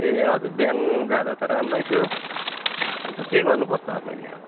ए हजुर बिहान जाँदा त राम्रै थियो अन्त के गर्नुपर्छ मैले अब